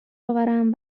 آورم